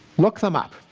look them up.